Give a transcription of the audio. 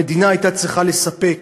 המדינה הייתה צריכה לספק